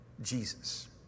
Jesus